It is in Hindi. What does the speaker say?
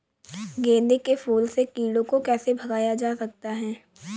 गेंदे के फूल से कीड़ों को कैसे भगाया जा सकता है?